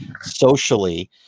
socially